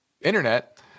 internet